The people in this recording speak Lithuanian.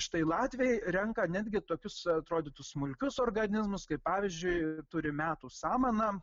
štai latviai renka netgi tokius atrodytų smulkius organizmus kaip pavyzdžiui turi metų samaną